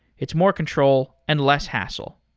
it's more control and less hassle.